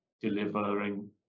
delivering